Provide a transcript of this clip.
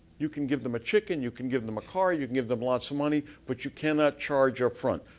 you can give them a chicken. you can give them a car. you can give them lots of money. but you cannot charge up front.